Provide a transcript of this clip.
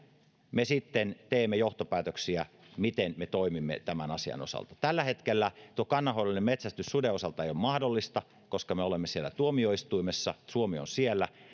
me sitten teemme johtopäätöksiä miten me toimimme tämän asian osalta tällä hetkellä tuo kannanhoidollinen metsästys suden osalta ei ole mahdollista koska me olemme siellä tuomioistuimessa suomi on siellä